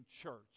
church